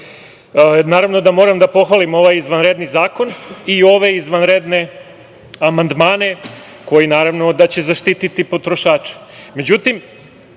naravno da moram da pohvalim ovaj izvanredni zakon i ove izvanredne amandmane koji će zaštititi potrošače.Međutim,